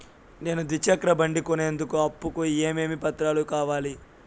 నేను ద్విచక్ర బండి కొనేందుకు అప్పు కు ఏమేమి పత్రాలు కావాలి?